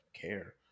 care